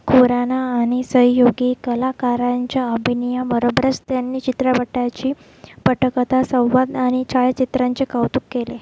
खुराणा आणि सहयोगी कलाकारांच्या अभिनयाबरोबरच त्यांनी चित्रपटाची पटकथा संवाद आणि छायाचित्रांचे कौतुक केले